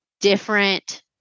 different